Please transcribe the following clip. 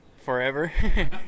forever